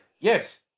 yes